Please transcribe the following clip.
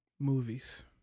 movies